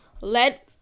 let –